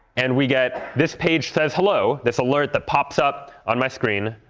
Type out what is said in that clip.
and we get this page says hello, this alert that pops up on my screen.